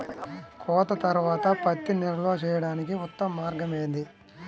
కోత తర్వాత పత్తిని నిల్వ చేయడానికి ఉత్తమ మార్గం ఏది?